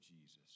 Jesus